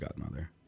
godmother